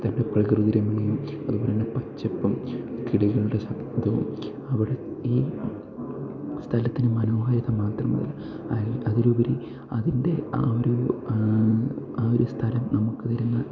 നല്ല പ്രകൃതി രമണീയവും അതുപോലെ തന്നെ പച്ചപ്പും കിളികളുടെ ശബ്ദവും അവിടെ ഈ സ്ഥലത്തിന് മനോഹാരിത മാത്രമല്ല അത് അതിലുപരി അതിൻ്റെ ആ ഒരു ആ ഒരു സ്ഥലം നമുക്ക് തരുന്ന